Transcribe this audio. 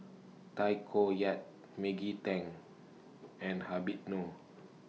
Tay Koh Yat Maggie Teng and Habib Noh